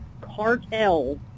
cartels